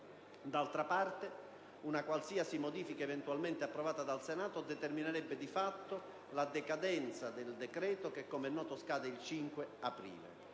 D'altra parte, un qualsiasi modifica eventualmente approvata dal Senato determinerebbe di fatto la decadenza del decreto che - come noto - scade il 5 aprile.